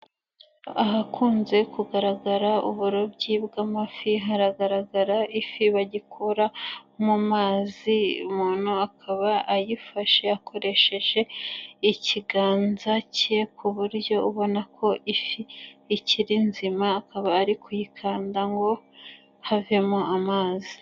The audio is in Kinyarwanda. Ahakunze kugaragara uburobyi bw'amafi, haragaragara ifi bagikura mu mazi ,umuntu akaba ayifashe akoresheje ikiganza cye, ku buryo ubona ko ifi ikiri nzima, akaba ari kuyikanda ngo havemo amazi.